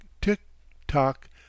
tick-tock